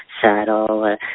saddle